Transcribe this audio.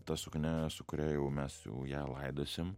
ta suknia su kuria jau mes ją laidosim